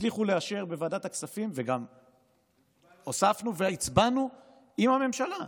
והצליחו לאשר בוועדת הכנסת וגם הוספנו והצבענו עם הממשלה.